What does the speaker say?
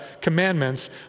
commandments